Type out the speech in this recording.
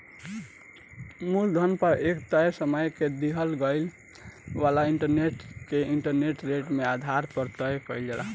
मूलधन पर एक तय समय में दिहल जाए वाला इंटरेस्ट के इंटरेस्ट रेट के आधार पर तय कईल जाला